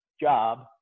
job